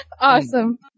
awesome